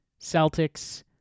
Celtics